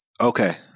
Okay